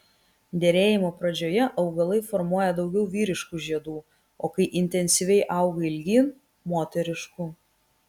derėjimo pradžioje augalai formuoja daugiau vyriškų žiedų o kai intensyviai auga ilgyn moteriškų